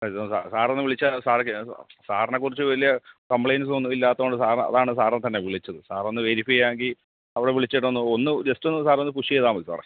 എന്തോന്ന് സാറെ സാറൊന്നു വിളിച്ചാൽ സാഹച സാറിനേ കുറിച്ച് വലിയ കമ്പ്ലൈൻറ്റ്സുമൊന്നുമില്ലാത്തതു കൊണ്ട് സാറ് അതാണ് സാരിനേത്തന്നെ വിളിച്ചത് സാറൊന്നു വെരിഫൈ ചെയ്യാമെങ്കിൽ അവിടെ വിളിച്ചിട്ടൊന്ന് ഒന്ന് ജസ്റ്റൊന്ന് സാറൊന്ന് പുഷ് ചെയ്താൽ മതി സാറെ